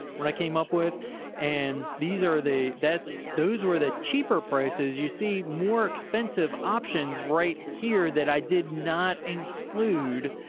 i came up with and these are the that's. those were the cheaper prices. you see more expensive options right here that i did not include,